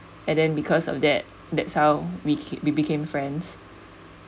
and then because of that that's how we keep we became friends